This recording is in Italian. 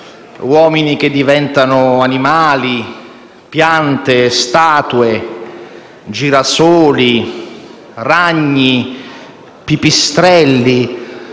uomini che diventano animali, piante, statue, girasoli, ragni, pipistrelli,